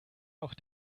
auch